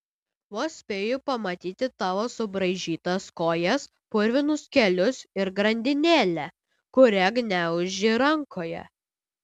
vos spėju pamatyti tavo subraižytas kojas purvinus kelius ir grandinėlę kurią gniauži rankoje